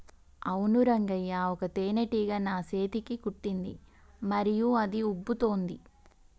అవును రంగయ్య ఒక తేనేటీగ నా సేతిని కుట్టింది మరియు అది ఉబ్బుతోంది